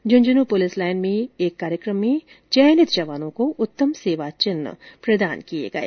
Jhunjhunu police line में आयोजित कार्यक्रम में चयनित जवानों को उत्तम सेवा चिन्ह प्रदान किए गए